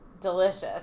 Delicious